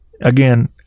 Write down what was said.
again